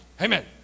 Amen